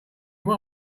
what